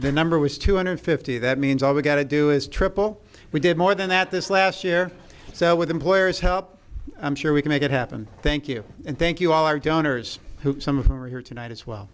the number was two hundred fifty that means all we got to do is triple we did more than that this last year so with employers help i'm sure we can make it happen thank you and thank you all our donors who some of whom are here tonight as well